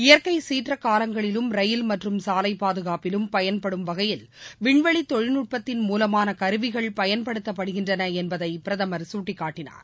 இயற்கைசீற்றக் காலங்களிலும் ரயில் மற்றும் சாலை பாதுகாப்பிலும் பயன்படும் வகையில் விண்வெளி தொழில்நுட்பத்தின் மூலமான கருவிகள் பயன்படுத்தப்படுகின்றன என்பதை பிரதமர் சுட்டிக்காட்டினார்